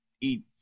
eat